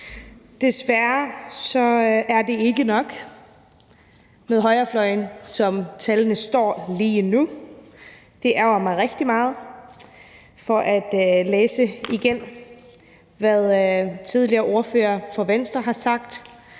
Desværre er det ikke nok med højrefløjen, som tallene står lige nu. Det ærgrer mig rigtig meget. Jeg vil lige igen læse op, hvad en tidligere ordfører for Venstre har sagt: